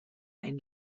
einen